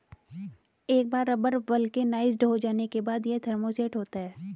एक बार rubber vulcanised हो जाने के बाद, यह थर्मोसेट होता है